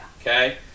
Okay